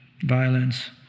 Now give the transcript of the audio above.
violence